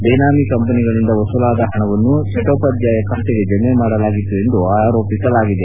ಬೇನಾಮಿ ಕಂಪನಿಗಳಿಂದ ವಸೂಲಾದ ಪಣವನ್ನು ಚಟ್ಟೋಪಾಧ್ಯಾಯ ಖಾತೆಗೆ ಜಮೆ ಮಾಡಲಾಗಿತ್ತು ಎಂದು ಆರೋಪಿಸಲಾಗಿದೆ